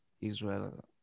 Israel